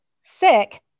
sick